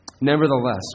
Nevertheless